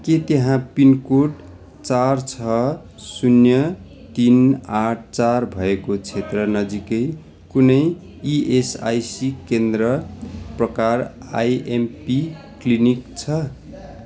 के त्यहाँ पिनकोड चार छ शून्य तिन आठ चार भएको क्षेत्र नजिकै कुनै इएसआइसी केन्द्र प्रकार आइएमपी क्लिनिक छ